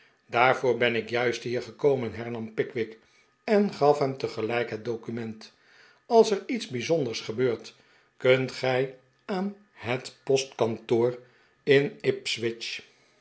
daarvoor ben ik juist hier gekomen hernam pickwick en gaf hem tegelijk het document als er iets bijzonders gebeurt kunt gij aan het postkantoor in